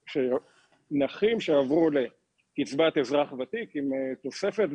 נכים שעברו לקצבת אזרח ותיק עם תוספת,